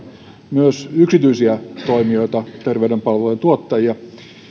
myös yksityisiä toimijoita terveyspalveluiden tuottajia